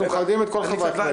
אנחנו מכבדים את כל חברי הכנסת.